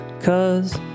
cause